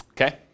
Okay